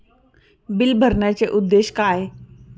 Bill भरण्याचे उद्देश काय?